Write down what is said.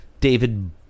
David